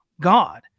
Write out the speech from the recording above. God